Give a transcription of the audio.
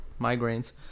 migraines